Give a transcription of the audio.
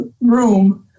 room